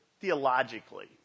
theologically